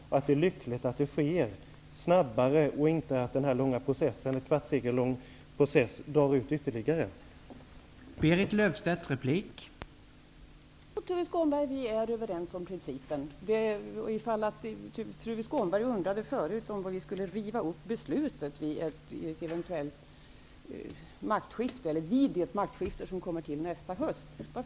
Är det inte lyckligt att det sker snabbare i stället för att den här kvartssekellånga processen skall dra ut ytterligare på tiden?